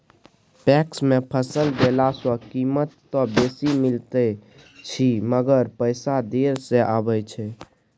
PACS मे फसल देला सॅ कीमत त बेसी मिलैत अछि मगर पैसा देर से आबय छै